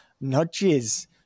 nudges